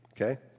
okay